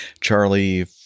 Charlie